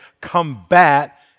combat